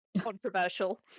Controversial